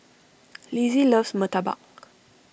Lizzie loves Murtabak